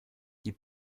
die